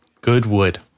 Goodwood